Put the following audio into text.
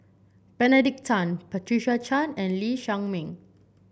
Benedict Tan Patricia Chan and Lee Shao Meng